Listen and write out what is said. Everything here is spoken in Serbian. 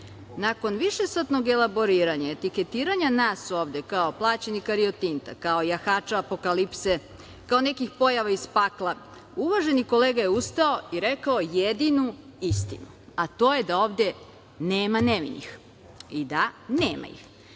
Nakon višesatnog elaboriranja, tiketiranja nas ovde kao plaćenike Rio Tinta, kao jahača Apokalipse, kao nekih pojava iz pakla, uvaženi kolega je ustao i rekao jedinu istinu, a to je da ovde nema nevinih. I da, nema ih. Svi